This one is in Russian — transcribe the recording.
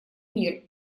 мир